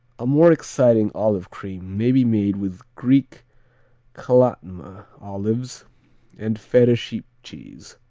a more exciting olive cream may be made with greek calatma olives and feta sheep cheese.